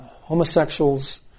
homosexuals